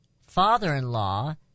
father-in-law